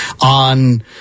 on